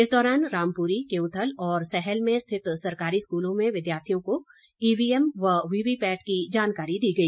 इस दौरान रामपूरी क्यौथल और सहल में स्थित सरकारी स्कूलों में विद्यार्थियों को ईवी एम व वीवीपैट की जानकारी दी गई